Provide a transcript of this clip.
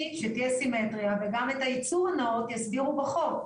שתהיה סימטריה וגם את היצוא הנאות יסדירו בחוק,